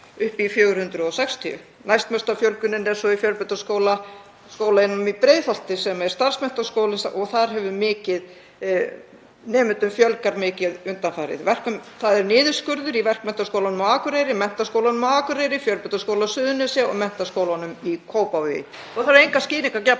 Næstmesta fjölgunin er svo í Fjölbrautaskólanum í Breiðholti, sem er starfsmenntaskóli, og þar hefur nemendum fjölgað mikið undanfarið. Það er niðurskurður í Verkmenntaskólanum á Akureyri, Menntaskólanum á Akureyri, Fjölbrautaskóla Suðurnesja og Menntaskólanum í Kópavogi